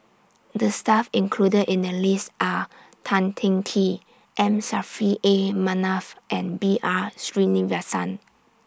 The Staff included in The list Are Tan Teng Kee M Saffri A Manaf and B R Sreenivasan